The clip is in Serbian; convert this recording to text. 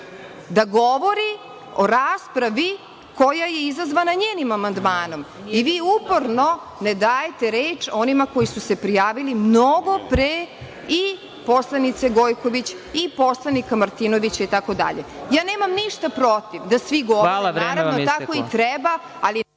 da govori o raspravi koja je izazvana njenim amandmanom i vi uporno ne dajete reč onima koji su se prijavili mnogo pre i poslanice Gojković i poslanika Martinovića. Ja nemam ništa protiv da svi govorimo, naravno, tako i treba.